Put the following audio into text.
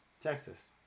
Texas